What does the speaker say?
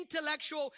intellectual